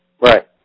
Right